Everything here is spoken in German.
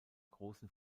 großen